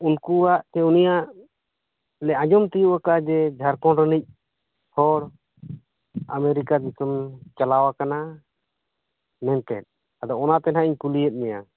ᱩᱱᱠᱩᱣᱟᱜ ᱥᱮ ᱩᱱᱤᱭᱟᱜ ᱞᱮ ᱟᱸᱡᱚᱢ ᱛᱤᱭᱚᱜ ᱟᱠᱟᱫᱼᱟ ᱡᱮ ᱡᱷᱟᱨᱠᱷᱚᱰ ᱨᱤᱱᱤᱡ ᱦᱚᱲ ᱟᱢᱮᱨᱤᱠᱟ ᱫᱤᱥᱚᱢ ᱪᱟᱞᱟᱣ ᱟᱠᱟᱱᱟ ᱢᱮᱱᱛᱮ ᱟᱫᱚ ᱚᱱᱟᱛᱮᱱᱟᱦᱟᱜ ᱤᱧ ᱠᱩᱞᱤᱭᱮᱫ ᱢᱮᱭᱟ